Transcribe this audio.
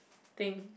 thing